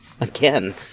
again